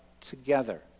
together